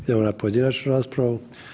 Idemo na pojedinačnu raspravu.